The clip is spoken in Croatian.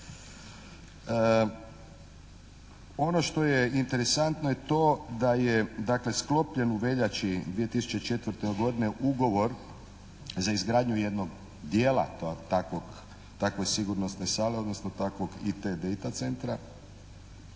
Ono što je interesantno je to da je dakle sklopljen u veljači 2004. godine ugovor za izgradnju jednog dijela jedne takve sigurnosne sale, odnosno IT DATA Centra,